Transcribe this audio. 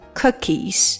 cookies